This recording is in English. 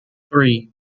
three